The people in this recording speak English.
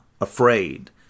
afraid